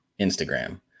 Instagram